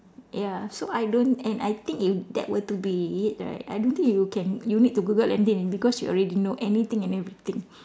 ya so I don't and I think if that were to be it right I don't think you can you need to Google anything because you already know anything and everything